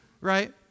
right